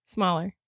Smaller